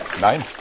Nein